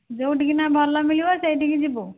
ଯେଉଁଠିକିନା ଭଲ ମିଳିବ ସେଇଠିକୁ ଯିବୁ